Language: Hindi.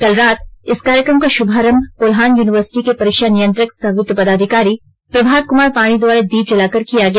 कल रात इस कार्यक्रम का शुभारंभ कोल्हान यूनिवर्सिटी के परीक्षा नियंत्रक सह वित्त पदाधिकारी प्रभात कुमार पानी द्वारा दीप जलाकर किया गया